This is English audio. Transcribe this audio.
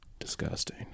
Disgusting